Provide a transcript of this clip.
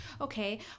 okay